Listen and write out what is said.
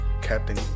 Captain